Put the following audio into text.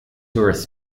tourist